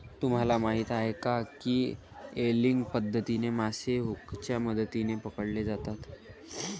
तुम्हाला माहीत आहे का की एंगलिंग पद्धतीने मासे हुकच्या मदतीने पकडले जातात